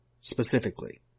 specifically